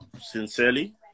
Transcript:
sincerely